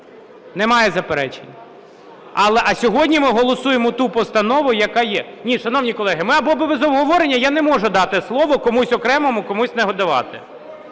Немає заперечень? А сьогодні ми голосуємо ту постанову, яка є. (Шум у залі) Ні, шановні колеги, ми або без обговорення, я не можу дати слово комусь окремому, комусь не давати.